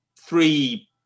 three